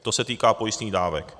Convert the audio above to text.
To se týká pojistných dávek.